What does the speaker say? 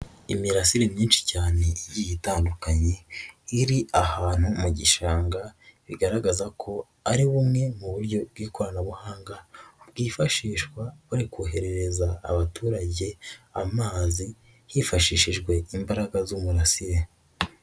Imirasire myinshi cyane igiye itandukanye, iri ahantu mu gishanga, bigaragaza ko ari bumwe mu buryo bw'ikoranabuhanga, bwifashishwa bari koherereza abaturage amazi, hifashishijwe imbaraga z'umurasire.